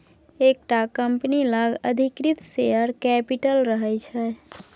एकटा कंपनी लग अधिकृत शेयर कैपिटल रहय छै